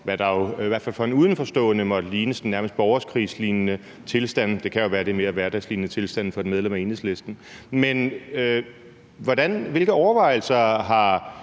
fald for en udenforstående måtte ligne sådan nærmest borgerkrigslignende tilstande – det kan jo være, det er mere hverdagslignende tilstande for et medlem af Enhedslisten. Men hvilke overvejelser har